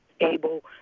able